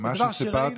ודבר שראינו,